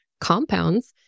compounds